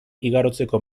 igarotzeko